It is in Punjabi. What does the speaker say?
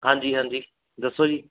ਹਾਂਜੀ ਹਾਂਜੀ ਦੱਸੋ ਜੀ